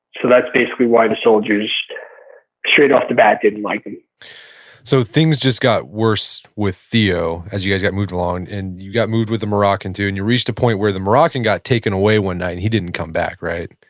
that's basically why the soldiers straight off the bat didn't like him so things just got worse with theo as you guys got moved along, and you got moved with the moroccan too. and you reached a point where the moroccan got taken away one night and he didn't come back right?